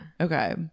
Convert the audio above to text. Okay